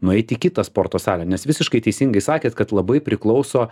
nueiti į kitą sporto salę nes visiškai teisingai sakėt kad labai priklauso